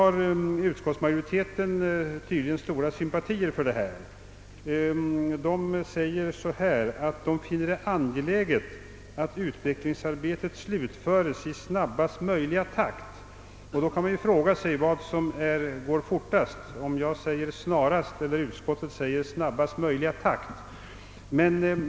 Utskottsmajoritetens sympatier härför är tydligen stora. I utlåtandet står nämligen att utskottet »finner det för sin del angeläget att utvecklingsarbetet slutförs i snabbast möjliga takt». Då kan man fråga sig vilket som går fortast, om man som jag i motionen säger »snarast» eller om man som utskottet säger »i snabbast möjliga takt».